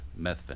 Methvin